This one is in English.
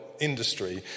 industry